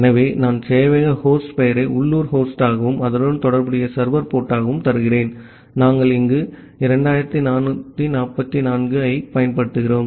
ஆகவே நான் சேவையக ஹோஸ்ட் பெயரை உள்ளூர் ஹோஸ்டாகவும் அதனுடன் தொடர்புடைய சர்வர் போர்ட்டாகவும் தருகிறேன் நாங்கள் இங்கு 2444 ஐப் பயன்படுத்தினோம்